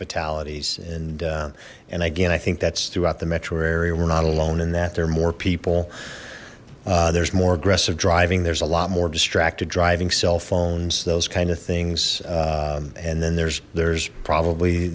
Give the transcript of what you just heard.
fatalities and and again i think that's throughout the metro area we're not alone in that there are more people there's more aggressive driving there's a lot more distracted driving cell phones those kind of things and then there's there's probably